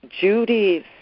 Judy's